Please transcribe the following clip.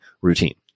routine